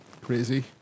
crazy